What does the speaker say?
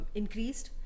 increased